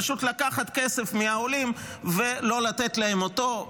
פשוט לקחת כסף מהעולים ולא לתת להם אותו.